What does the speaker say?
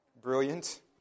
brilliant